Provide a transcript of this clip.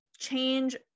change